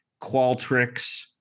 Qualtrics